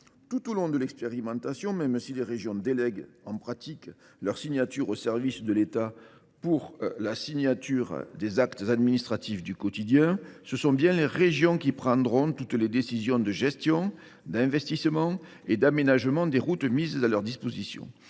Tout au long de l’expérimentation, même si les régions délèguent en pratique leur signature aux services de l’État pour la signature des actes administratifs du quotidien, ce sont bien les régions qui prendront toutes les décisions de gestion, d’investissement et d’aménagement des routes mises à leur disposition.